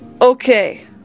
okay